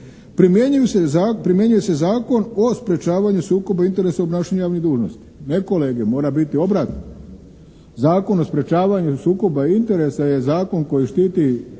primjenjuje se Zakon o sprječavanju sukoba interesa u obnašanju javnih dužnosti. Ne kolege, mora biti obratno. Zakon o sprječavanju sukoba interesa je zakon koji štiti